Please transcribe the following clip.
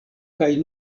kaj